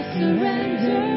surrender